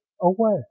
away